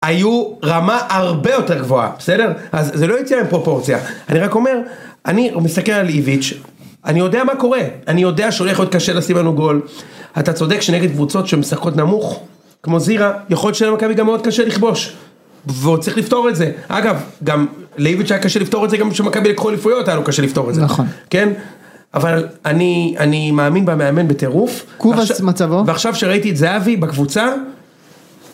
היו רמה הרבה יותר גבוהה. בסדר? אז זה לא יציע עם פרופורציה. אני רק אומר, אני מסתכל על איביץ', אני יודע מה קורה. אני יודע שהולך להיות קשה לשים לנו גול. אתה צודק שנגד קבוצות שמשחקות נמוך, כמו זירה, יכול להיות שלמכבי יהיה גם מאוד קשה לכבוש. והוא צריך לפתור את זה. אגב, גם לאיביץ' היה קשה לפתור את זה, גם כשמכבי לקחו אליפויות היה לו קשה לפתור את זה. כן? אבל אני מאמין במאמן בטירוף. (קובאס מצבו) ועכשיו שראיתי את זהבי, בקבוצה...